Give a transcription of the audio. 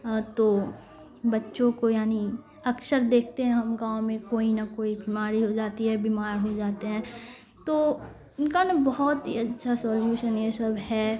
تو بچوں کو یعنی اکثر دیکھتے ہیں ہم گاؤں میں کوئی نہ کوئی بیماری ہو جاتی ہے بیمار ہو جاتے ہیں تو ان کا نا بہت ہی اچھا سولوشن یہ سب ہے